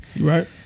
right